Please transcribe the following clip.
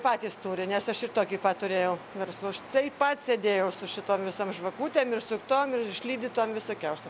patys turi nes aš ir tokį pat turėjau verslą aš taip pat sėdėjau su šitom visom žvakutėm ir su tom ir išlydytom visokiausiom